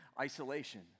isolation